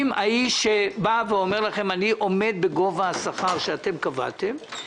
אם האיש אומר לכם: אני עומד בגובה השכר שאתם קבעתם,